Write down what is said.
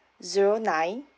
zero nine